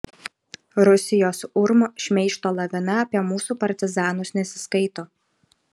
rusijos urm šmeižto lavina apie mūsų partizanus nesiskaito